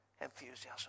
enthusiasm